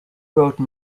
wrote